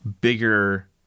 bigger